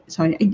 Sorry